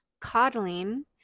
coddling